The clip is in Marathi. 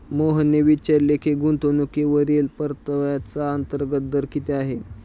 मोहनने विचारले की गुंतवणूकीवरील परताव्याचा अंतर्गत दर किती आहे?